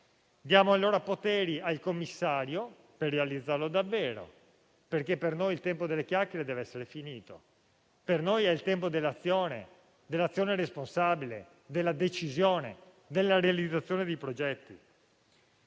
dare poteri al commissario per realizzarla davvero, perché per noi il tempo delle chiacchiere deve essere finito. Per noi questo è il tempo dell'azione responsabile, della decisione e della realizzazione dei progetti.